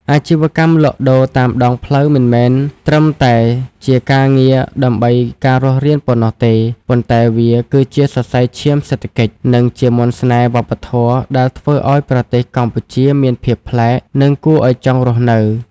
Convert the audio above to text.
អាជីវកម្មលក់ដូរតាមដងផ្លូវមិនមែនត្រឹមតែជាការងារដើម្បីការរស់រានប៉ុណ្ណោះទេ ប៉ុន្តែវាគឺជាសរសៃឈាមសេដ្ឋកិច្ច និងជាមន្តស្នេហ៍វប្បធម៌ដែលធ្វើឱ្យប្រទេសកម្ពុជាមានភាពប្លែក និងគួរឱ្យចង់រស់នៅ។